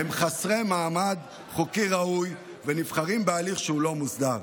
הם חסרי מעמד חוקי ראוי ונבחרים בהליך שהוא לא מוסדר.